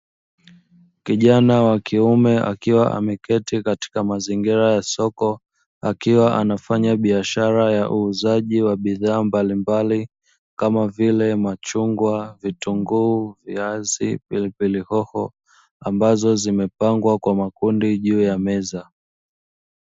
Kijana wa kiume akiwa ameketi katika mazingira ya soko, akiwa anafanya biashara ya uuzaji wa bidhaa mbalimbali kama vile; machungwa, vitunguu, viazi, pilipili hoho ambazo zimepangwa kwa makundi juu ya meza.